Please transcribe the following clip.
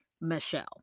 Michelle